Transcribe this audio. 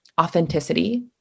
authenticity